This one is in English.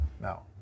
No